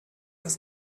das